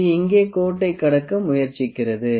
இது இங்கே கோட்டைக் கடக்க முயற்சிக்கிறது